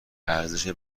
ارزش